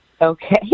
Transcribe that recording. okay